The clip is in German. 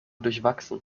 durchwachsen